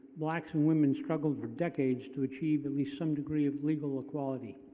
blacks and women struggled for decades to achieve at least some degree of legal equality.